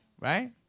Right